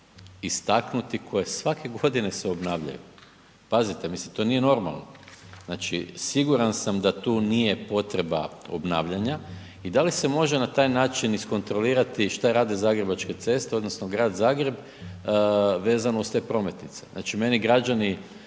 istaknuti koje svake godine se obnavljaju. Pazite, mislim to nije normalno. Znači siguran sam da tu nije potreba obnavljanja i da li se može na taj način iskontrolirati šta rade Zagrebačke ceste odnosno Grad Zagreb vezano uz te prometnice. Znači, meni građani